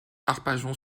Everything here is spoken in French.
arpajon